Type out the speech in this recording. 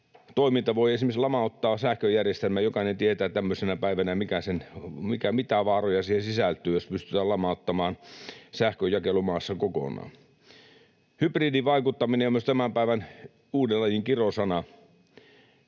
toiminta voi esimerkiksi lamauttaa sähköjärjestelmän. Jokainen tietää tämmöisenä päivänä, mitä vaaroja siihen sisältyy, jos pystytään lamauttamaan sähkönjakelu maassa kokonaan. Myös hybridivaikuttaminen on tämän päivän uuden lajin kirosana.